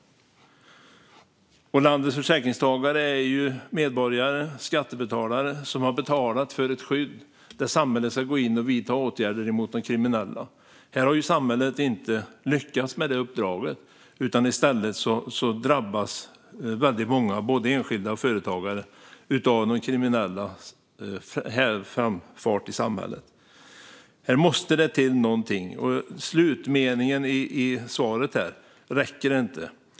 Landets försäkringstagare är medborgare, skattebetalare, som har betalat för ett skydd där samhället ska gå in och vidta åtgärder mot de kriminella. Här har samhället inte lyckats med det uppdraget. I stället drabbas väldigt många både enskilda och företagare av de kriminellas framfart i samhället. Här måste det till någonting. Slutmeningen i svaret räcker inte.